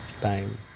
time